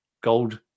gold